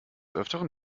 öfteren